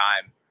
time